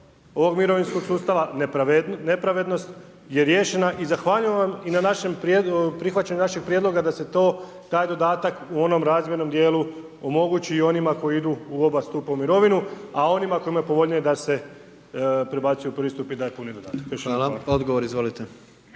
ovog mirovinskog sustava nepravednost je riješena i zahvaljujem vam i na prihvaćenju našeg prijedloga da se to, taj dodatak, u onom razvojnom dijelu omogući i onima koji idu u oba stupa u mirovinu, a onima koji im je povoljnije, da se prebacuju u prvi stup i taj puni dodatak. Još jednom hvala.